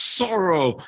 sorrow